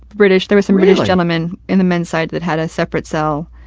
british there were some british gentlemen in the men's side that had a separate cell.